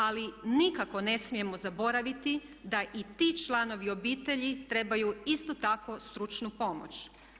Ali nikako ne smijemo zaboraviti da i ti članovi obitelji trebaju isto tako stručnu pomoć.